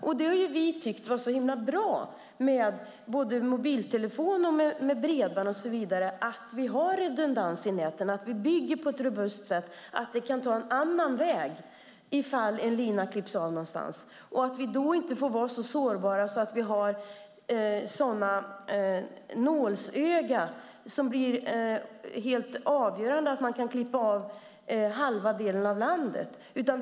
Vi har tyckt att det var så bra när det gäller mobiltelefoner, bredband och så vidare att vi har redundans i näten och att vi bygger på ett robust sätt så att det finns en annan väg om en lina klipps av någon annanstans. Vi får då inte vara så sårbara att det är ett nålsöga som blir helt avgörande så att halva delen av landet kan klippas av.